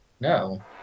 No